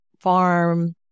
farm